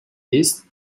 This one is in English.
least